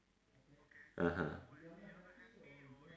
(uh huh)